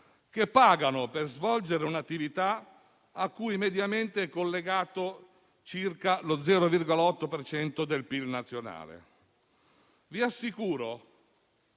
pagano per svolgere un'attività a cui mediamente è collegato circa lo 0,8 per cento del PIL nazionale. Vi assicuro